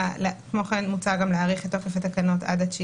כמו כן מוצע להאריך את תוקף התקנות עד ה-9